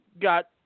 got